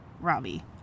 Robbie